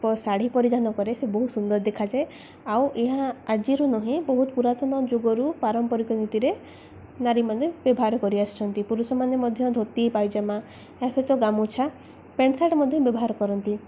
ଶାଢ଼ୀ ପରିଧାନ କରେ ସେ ବହୁତ ସୁନ୍ଦର ଦେଖାଯାଏ ଆଉ ଏହା ଆଜିରୁ ନୁହେଁ ବହୁତ ପୁରାତନ ଯୁଗରୁ ପାରମ୍ପରିକ ନୀତିରେ ନାରୀମାନେ ବ୍ୟବହାର କରିଆସିଛନ୍ତି ପୁରୁଷମାନେ ମଧ୍ୟ ଧୋତି ପାଇଜାମା ଏହା ସହିତ ଗାମୁଛା ପ୍ୟାଣ୍ଟ ସାର୍ଟ ମଧ୍ୟ ବ୍ୟବହାର କରନ୍ତି